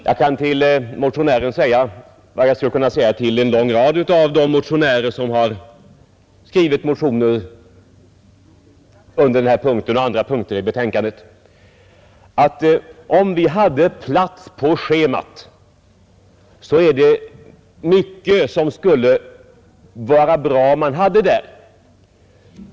Jag kan till honom och en hel rad andra motionärer vid denna och övriga punkter i utskottets betänkande säga, att om vi bara hade plats på skolschemat, så är det mycket som skulle vara bra att ha med där.